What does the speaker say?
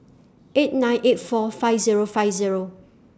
eight nine eight four five Zero five Zero